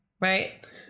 right